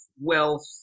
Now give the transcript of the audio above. wealth